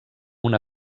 una